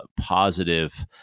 positive